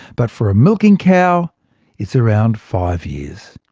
but for a milking cow it's around five years.